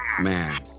man